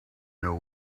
know